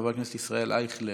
חבר הכנסת יבגני סובה,